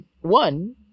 One